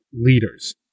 leaders